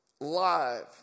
live